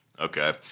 Okay